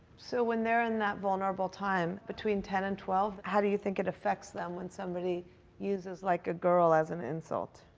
so when they're in that vulnerable time, between ten and twelve. how do you think it affects them when somebody uses like a girl as an insult?